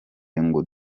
ngo